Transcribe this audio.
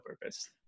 purpose